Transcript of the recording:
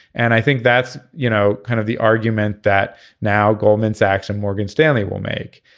and i think that's you know kind of the argument that now goldman sachs and morgan stanley will make.